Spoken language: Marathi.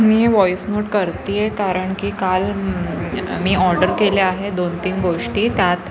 मी ही वॉइस नोट करत आहे कारण की काल मी ऑर्डर केल्या आहेत दोन तीन गोष्टी त्यात